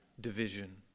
division